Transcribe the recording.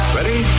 Ready